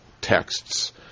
texts